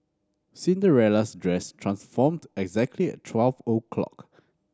Cinderella's dress transformed exactly at twelve o'clock